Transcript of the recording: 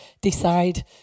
decide